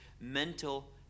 mental